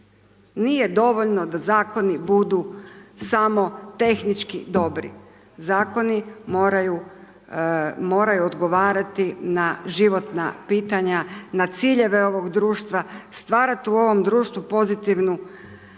Nije dovoljno da Zakoni budu samo tehnički dobri, zakoni moraju odgovarati na životna pitanja, na ciljeve ovog društva, stvarat u ovom društvu pozitivnu